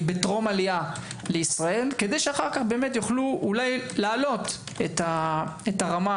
טרום עלייה לישראל כדי שאחר כך יוכלו להעלות את הרמה,